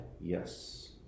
Yes